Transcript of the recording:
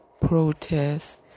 protests